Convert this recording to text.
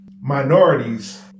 minorities